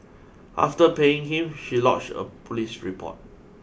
after paying him she lodged a police report